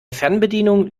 fernbedienung